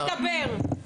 את לא תפריעי לי לדבר.